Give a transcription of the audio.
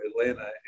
Atlanta